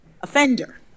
offender